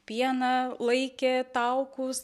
pieną laikė taukus